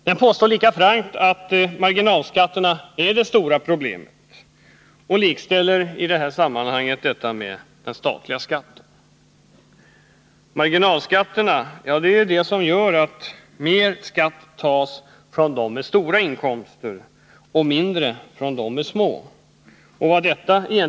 Den påstår frankt att marginalskatterna är det stora problemet och likställer detta med den statliga skatten. Marginalskatterna är det som gör att mer skatt tas från dem med stora inkomster och mindre från dem med små.